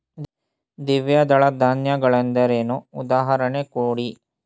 ದ್ವಿದಳ ಧಾನ್ಯ ಗಳೆಂದರೇನು, ಉದಾಹರಣೆ ಕೊಡಿ?